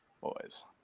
boys